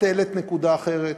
את העלית נקודה אחרת,